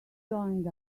joined